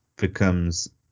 becomes